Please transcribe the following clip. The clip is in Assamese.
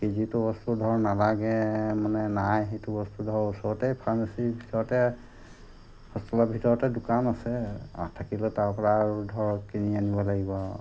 যিটো বস্তু ধৰ নালাগে মানে নাই সেইটো বস্তু ধৰক ওচৰতে ফাৰ্মাচীৰ ভিতৰতে হস্পিতেলৰ ভিতৰতে দোকান আছে থাকিলে তাৰ পৰা আৰু ধৰক কিনি আনিব লাগিব আৰু